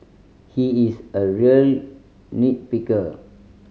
he is a real nit picker